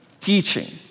teaching